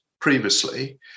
previously